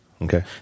Okay